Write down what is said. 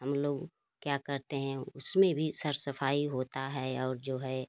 हम लोग क्या करते हैं उसमें भी सब सफ़ाई होती है और जो है